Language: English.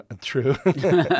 True